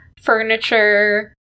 furniture